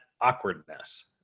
awkwardness